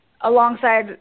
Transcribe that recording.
alongside